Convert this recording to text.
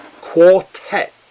quartet